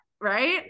right